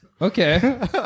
Okay